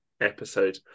episode